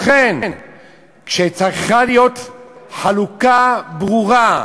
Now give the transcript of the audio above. לכן צריכה להיות חלוקה ברורה,